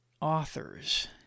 authors